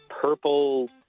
purple